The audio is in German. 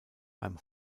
beim